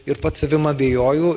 ir pats savim abejoju